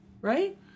right